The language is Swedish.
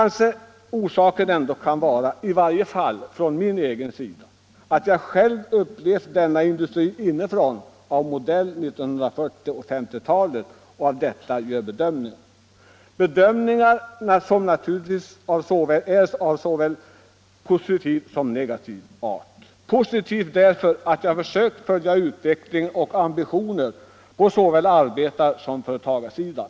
Kanske orsaken ändå kan vara, i varje fall från min sida, att jag har upplevt denna industri inifrån under 1940 och 1950-talen och att jag därför gör bedömningar som naturligtvis är både positiva och negativa. De är positiva därför att jag har försökt följa utvecklingen och ambitionerna på såväl arbetarsom företagarsidan.